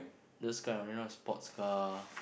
those kind of you know sports car